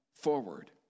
forward